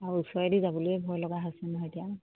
আৰু ওচৰেদি যাবলৈ ভয় লগা হৈ আছে নহয় এতিয়া